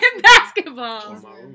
basketball